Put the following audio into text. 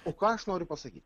o ką aš noriu pasakyt